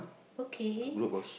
okay